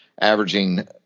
averaging